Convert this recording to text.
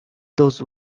those